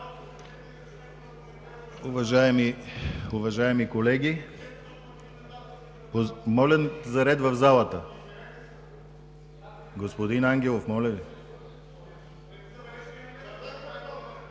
Уважаеми колеги, моля за ред в залата. Господин Ангелов, моля Ви.